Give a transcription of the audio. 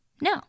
No